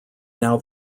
now